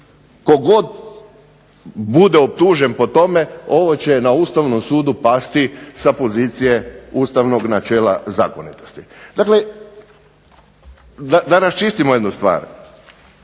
god bude optužen po tome ovo će na Ustavnom sudu pasti sa pozicije ustavnog načela zakonitosti. Dakle, da raščistimo jednu stvar,